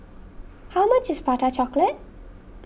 how much is Prata Chocolate